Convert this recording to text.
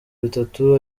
bitatu